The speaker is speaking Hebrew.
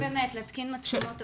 להתקין מצלמות אבטחה,